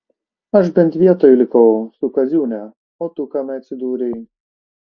aš bent vietoj likau su kaziūne o tu kame atsidūrei